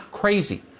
crazy